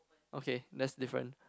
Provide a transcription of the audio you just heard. okay that's different